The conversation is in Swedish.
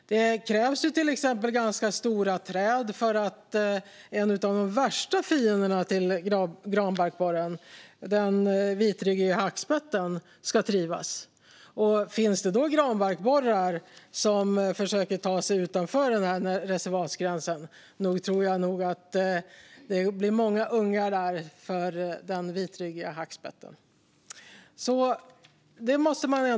Det krävs till exempel ganska stora träd för att en av de värsta fienderna till granbarkborren, den vitryggiga hackspetten, ska trivas. Finns det då granbarkborrar som försöker ta sig utanför reservatsgränsen tror jag nog att det blir många ungar för den vitryggiga hackspetten.